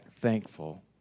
thankful